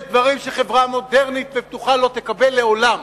יש דברים שחברה מודרנית ופתוחה לא תקבל לעולם,